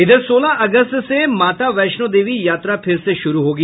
इधर सोलह अगस्त से माता वैष्णो देवी यात्रा फिर से शुरू होगी